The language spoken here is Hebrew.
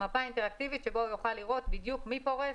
מפה אינטראקטיבית שבה הוא יוכל לראות בדיוק מי פורס,